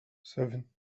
seven